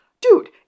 dude